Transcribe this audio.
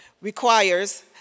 requires